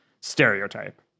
stereotype